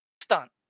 stunt